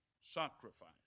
sacrifice